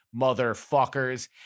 motherfuckers